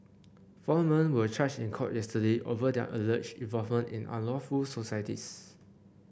four men were charged in court yesterday over their alleged involvement in unlawful societies